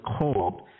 cold